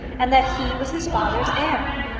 and that he was his father's heir.